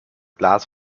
glas